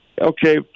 Okay